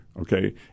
Okay